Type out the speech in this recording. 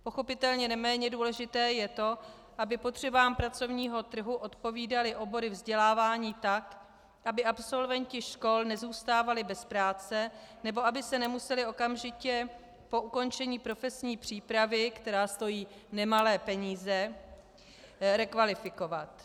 Pochopitelně neméně důležité je to, aby potřebám pracovního trhu odpovídaly obory vzdělávání tak, aby absolventi škol nezůstávali bez práce nebo aby se nemuseli okamžitě po ukončení profesní přípravy, která stojí nemalé peníze, rekvalifikovat.